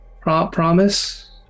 Promise